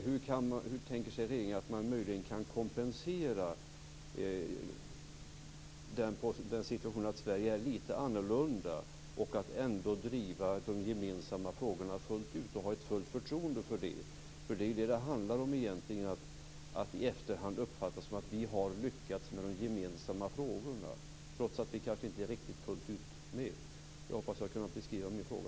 Hur tänker sig regeringen att man möjligen kan kompensera den situationen att Sverige är lite annorlunda och att ändå driva de gemensamma frågorna fullt ut och ha ett fullt förtroende för det? Det är ju vad det egentligen handlar om - dvs. att i efterhand uppfattas som att vi har lyckats med de gemensamma frågorna trots att vi kanske inte är riktigt fullt ut med. Jag hoppas att jag har kunnat beskriva min fråga.